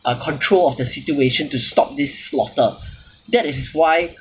uh control of the situation to stop this slaughter that is why